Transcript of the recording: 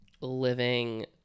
living